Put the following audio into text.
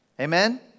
Amen